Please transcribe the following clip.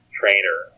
trainer